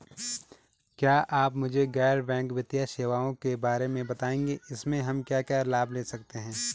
क्या आप मुझे गैर बैंक वित्तीय सेवाओं के बारे में बताएँगे इसमें हम क्या क्या लाभ ले सकते हैं?